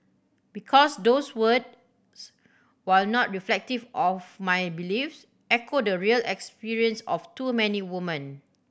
because those words while not reflective of my beliefs echo the real experience of too many woman